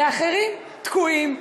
ואחרים תקועים,